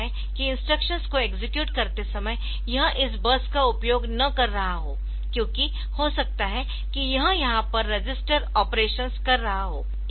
हो सकता है कि इंस्ट्रक्शंस को एक्सेक्यूट करते समय यह इस बस का उपयोग न कर रहा हो क्योंकि हो सकता है कि यह यहाँ पर रजिस्टर ऑपरेशन्स कर रहा हो